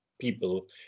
people